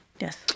Yes